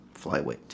Flyweight